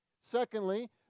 Secondly